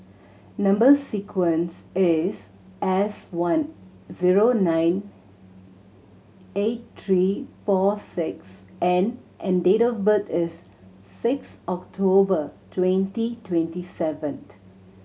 number sequence is S one zero nine eight three four six N and date of birth is six October twenty twenty seventh